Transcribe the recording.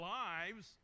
lives